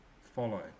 follow